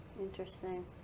Interesting